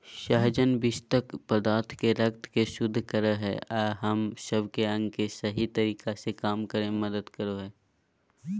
सहजन विशक्त पदार्थ के रक्त के शुद्ध कर हइ अ हम सब के अंग के सही तरीका से काम करे में मदद कर हइ